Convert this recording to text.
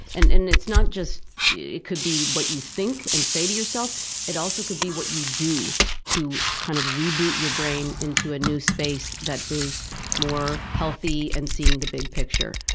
and and it's not just it could be what you think and say to yourself it also could be what you do to kind of reboot your brain into a new space that is more healthy and seeing the big picture.